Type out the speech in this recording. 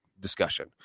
discussion